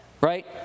Right